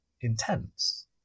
intense